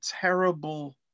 terrible